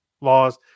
laws